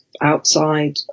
outside